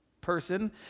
person